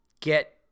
get